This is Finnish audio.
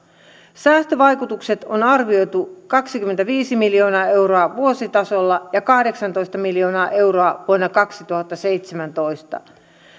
säästövaikutukset on arvioitu kaksikymmentäviisi miljoonaa euroa vuositasolla ja kahdeksantoista miljoonaa euroa vuonna kaksituhattaseitsemäntoista